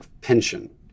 pension